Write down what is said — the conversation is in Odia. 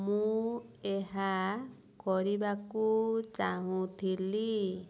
ମୁଁ ଏହା କରିବାକୁ ଚାହୁଁଥିଲି